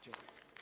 Dziękuję.